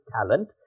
talent